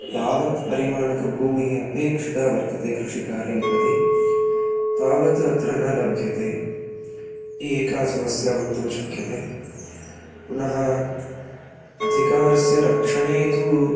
यावत् परिमाणकभूमिः अपेक्षिता वर्तते कृषिकार्यं प्रति तावती अत्र न लभ्यते एका समस्या वक्तुं शक्यते पुनः अधिकारस्य रक्षणे तु